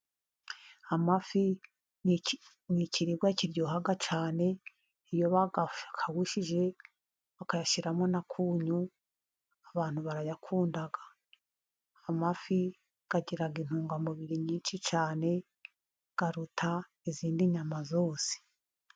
Amafi ni ikiribwa kiryoha cyane, iyo bayakabushije bakayashyiramo n' akunyu abantu barayakunda. Amafi agira intungamubiri nyinshi cyane aruta izindi nyama zose.